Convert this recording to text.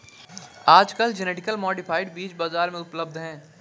आजकल genetically modified बीज बाजार में उपलब्ध है